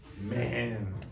man